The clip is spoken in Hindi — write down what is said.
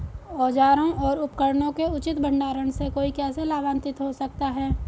औजारों और उपकरणों के उचित भंडारण से कोई कैसे लाभान्वित हो सकता है?